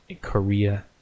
Korea